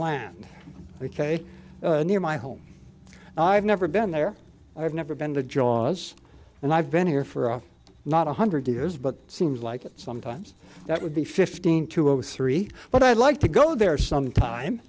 land ok near my home i've never been there i've never been to jaws and i've been here for oh not one hundred years but it seems like it sometimes that would be fifteen to zero three but i'd like to go there sometime